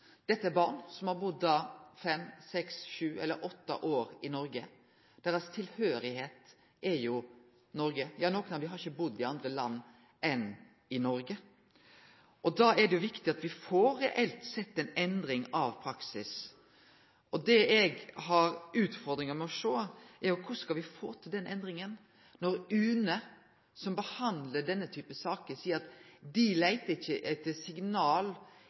dette er barn som har budd fem, seks, sju eller åtte år i Noreg. Deira tilhøyrsle er jo Noreg, ja, nokre av dei har ikkje budd i andre land enn Noreg. Da er det viktig at me reelt får ei endring av praksis. Det eg har utfordringar med å sjå, er korleis me skal få den endringa når UNE, som behandlar denne typen saker, ikkje leiter etter signal i stortingsmeldingar, men held seg til